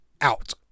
out